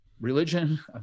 religion